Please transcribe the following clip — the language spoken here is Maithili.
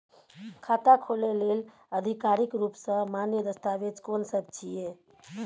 खाता खोले लेल आधिकारिक रूप स मान्य दस्तावेज कोन सब छिए?